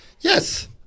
Yes